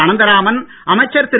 அனந்தராமன் அமைச்சர் திரு